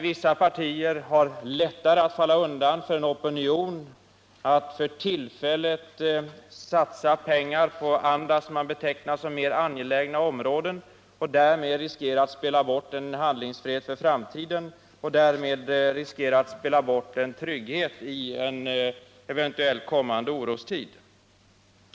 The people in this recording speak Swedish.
Vissa partier har lättare att falla undan för en opinion, att för tillfället satsa pengar på andra områden, som man betecknar som mer angelägna. Därmed riskerar man att spela bort en handlingsfrihet för framtiden och en trygghet i en eventuellt kommande orostid.